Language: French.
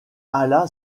alla